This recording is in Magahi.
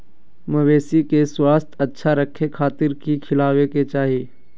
मवेसी के स्वास्थ्य अच्छा रखे खातिर की खिलावे के चाही?